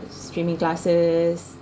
streaming classes